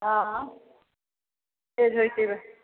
हँ